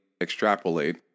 extrapolate